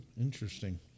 Interesting